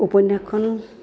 উপন্যাসখন